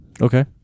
Okay